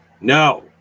no